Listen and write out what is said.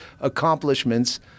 accomplishments